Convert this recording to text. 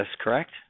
correct